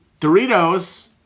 Doritos